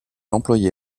employé